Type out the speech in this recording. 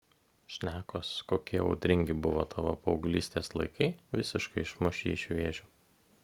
šnekos kokie audringi buvo tavo paauglystės laikai visiškai išmuš jį iš vėžių